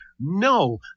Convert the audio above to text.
No